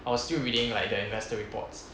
I was still reading like the investor reports